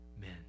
men